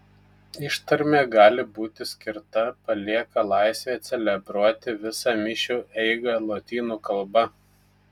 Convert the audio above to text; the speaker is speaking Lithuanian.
ištarmė gali būti skirta palieka laisvę celebruoti visą mišių eigą lotynų kalba